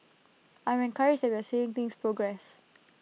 I'm encouraged that we're seeing things progress